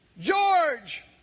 George